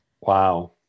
wow